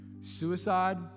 Suicide